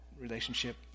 relationship